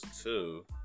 two